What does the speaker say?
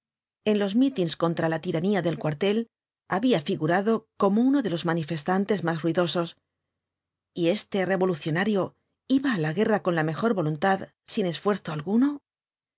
en los mitins contra la tiranía del cuartel había figurado como uno dfpios manifestantes más ruidosos y este revolucionario iba á la guerra con la mejor voluntad sin esfuerzo alguno